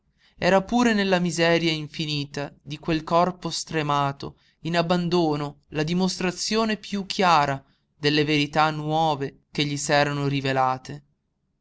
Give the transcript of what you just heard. era pure nella miseria infinita di quel corpo stremato in abbandono la dimostrazione piú chiara delle verità nuove che gli s'erano rivelate